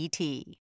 ET